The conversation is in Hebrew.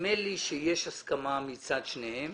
נדמה לי שיש הסכמה מצד שניהם.